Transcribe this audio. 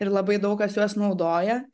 ir labai daug kas juos naudoja